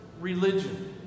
religion